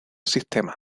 sistema